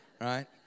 right